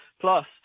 plus